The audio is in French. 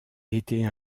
était